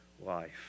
life